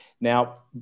Now